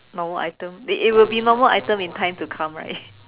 normal item it it will be normal item in time to come right